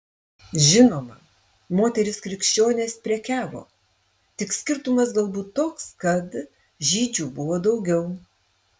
žinoma moterys krikščionės prekiavo tik skirtumas galbūt toks kad žydžių buvo daugiau